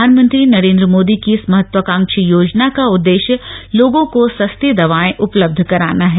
प्रधानमंत्री नरेंद्र मोदी की इस महत्वाकांक्षी योजना का उददेश्य लोगों को सस्ती दवाएं उपलब्ध कराना है